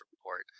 report